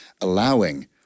allowing